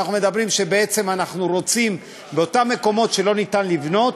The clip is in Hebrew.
אנחנו רוצים, באותם מקומות שאין אפשרות לבנות,